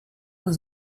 was